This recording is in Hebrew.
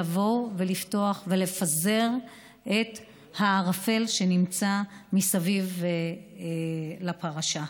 לבוא ולפתוח ולפזר את הערפל שסביב הפרשה.